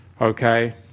okay